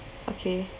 okay